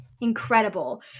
incredible